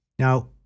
Now